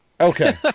Okay